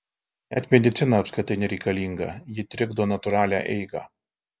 net medicina apskritai nereikalinga ji trikdo natūralią eigą